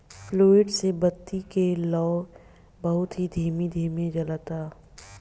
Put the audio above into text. fluid से बत्ती के लौं बहुत ही धीमे धीमे जलता